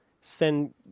send